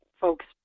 folks